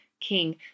king